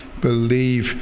believe